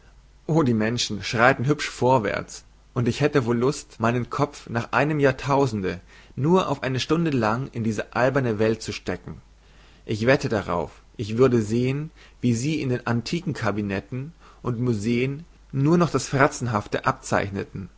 o die menschen schreiten hübsch vorwärts und ich hätte wohl lust meinen kopf nach einem jahrtausende nur auf eine stunde lang in diese alberne welt zu stecken ich wette darauf ich würde sehen wie sie in den antikenkabinetten und museen nur noch das frazzenhafte abzeichneten